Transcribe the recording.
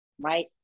right